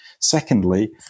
Secondly